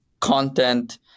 content